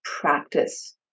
practice